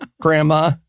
grandma